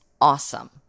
awesome